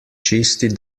čisti